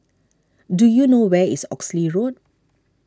do you know where is Oxley Road